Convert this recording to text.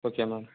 okay ma'am